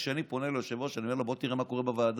אני פונה ליושב-ראש ואני אומר לו: בוא תראה מה קורה בוועדות,